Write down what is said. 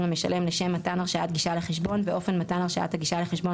למשלם לשם מתן הרשאת גישה לחשבון ואופן מתן הרשאת הגישה לחשבון,